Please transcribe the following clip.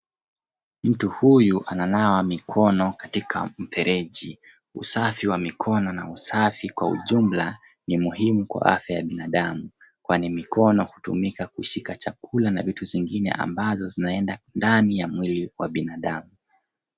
Mtu huyu ana nawa mikono katika mfereji, usafi wa mikono na usafi wa jumla ni muhimu kwa afya ya binadamu kwani mikono hutumika kushika chakula na vitu vingine ambazo zina enda ndani ya mwili ya binadamu.